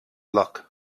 luck